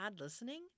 listening